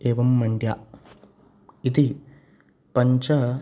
एवं मण्ड्या इति पञ्च